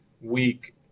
week